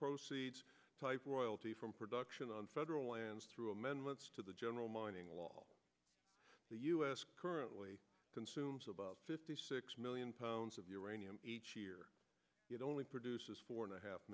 proceeds type loyalty from production on federal lands through amendments to the general mining law the u s currently consumes about fifty six million pounds of uranium each year it only produces four and a half